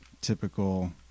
typical